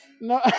No